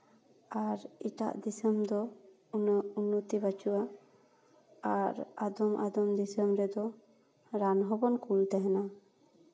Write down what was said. ᱟᱨ ᱮᱴᱟᱜ ᱫᱤᱥᱚᱢ ᱫᱚ ᱩᱱᱟᱹᱜ ᱩᱱᱱᱚᱛᱤ ᱵᱟᱹᱪᱩᱜᱼᱟ ᱟᱨ ᱟᱫᱚᱢ ᱟᱫᱚᱢ ᱫᱤᱥᱚᱢ ᱨᱮᱫᱚ ᱨᱟᱱ ᱦᱚᱸᱵᱚᱱ ᱠᱚᱢ ᱛᱟᱦᱮᱱᱟ